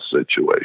situation